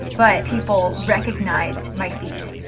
but people recognized my feet.